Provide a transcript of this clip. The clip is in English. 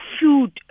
food